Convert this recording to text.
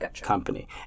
company